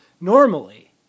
normally